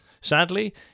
Sadly